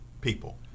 people